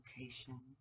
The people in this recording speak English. location